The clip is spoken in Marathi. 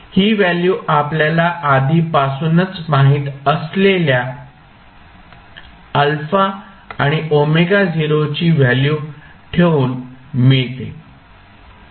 ही व्हॅल्यू आपल्याला आधीपासूनच माहित असलेल्या α आणि ω0 ची व्हॅल्यू ठेवून मिळते